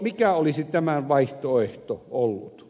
mikä olisi tämän vaihtoehto ollut